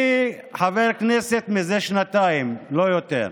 אני חבר כנסת מזה שנתיים, לא יותר,